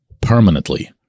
permanently